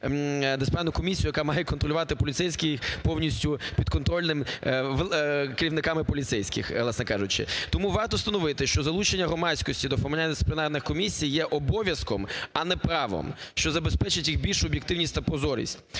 дисциплінарну комісію, яка має контролювати поліцейських, повністю підконтрольним… керівниками поліцейських, власне кажучи. Тому варто встановити, що залучення громадськості до формування дисциплінарних комісій є обов'язком, а не правом, що забезпечить їх більшу об'єктивність та прозорість.